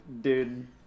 Dude